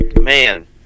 Man